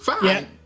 Fine